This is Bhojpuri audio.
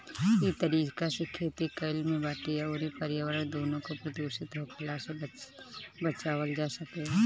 इ तरीका से खेती कईला पे माटी अउरी पर्यावरण दूनो के प्रदूषित होखला से बचावल जा सकेला